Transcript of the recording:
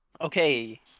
okay